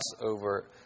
over